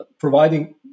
providing